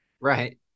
Right